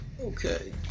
Okay